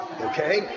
okay